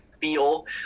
feel